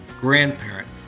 grandparent